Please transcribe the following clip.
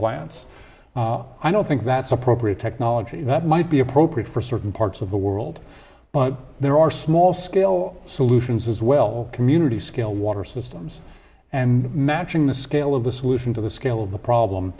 plants i don't think that's appropriate technology that might be appropriate for certain parts of the world but there are small scale solutions as well community scale water systems and matching the scale of the solution to the scale of the problem